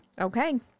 Okay